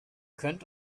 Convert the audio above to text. könntet